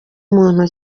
muntu